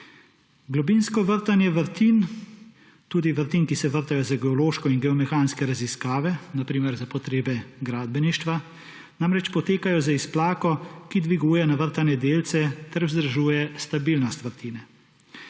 Globinsko vrtanje vrtin, tudi vrtin, ki se vrtajo za geološko in geomehanske raziskave, na primer za potrebe gradbeništva, namreč potekajo z izplako, ki dviguje navrtane delce ter vzdržuje stabilnost vrtine.